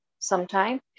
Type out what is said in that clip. sometime